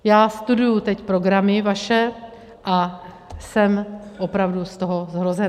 Já studuju teď programy vaše a jsem opravdu z toho zhrozená.